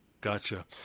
Gotcha